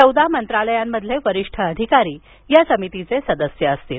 चौदा मंत्रालयांमधले वरिष्ठ अधिकारी या समितीचे सदस्य असतील